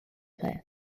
player